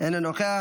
אינו נוכח,